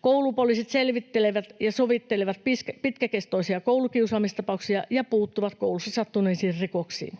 Koulupoliisit selvittelevät ja sovittelevat pitkäkestoisia koulukiusaamistapauksia ja puuttuvat koulussa sattuneisiin rikoksiin.